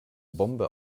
bombe